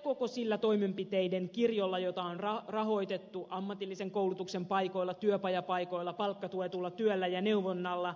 koko sillä toimenpiteiden kirjolla jota on rahoitettu ammatillisen koulutuksen paikoilla työpajapaikoilla palkkatuetulla työllä ja neuvonnalla